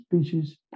species